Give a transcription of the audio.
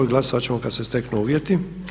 Glasovat ćemo kad se steknu uvjeti.